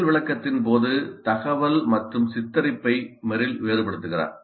செயல் விளக்கத்தின் போது தகவல் மற்றும் சித்தரிப்பை மெரில் வேறுபடுத்துகிறார்